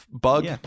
bug